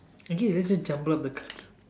okay let's just jumble up the cards